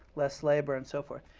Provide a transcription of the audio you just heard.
less labor, and so forth.